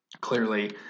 clearly